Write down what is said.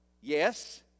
yes